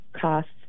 costs